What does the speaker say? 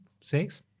six